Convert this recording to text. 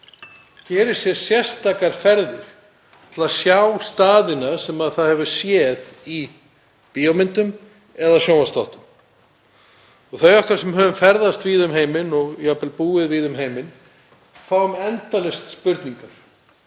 gerir sér sérstakar ferðir til að sjá staðina sem það hefur séð í bíómyndum eða sjónvarpsþáttum. Þau okkar sem höfum ferðast víða um heiminn og jafnvel búið víða um heiminn fáum endalaust spurningar: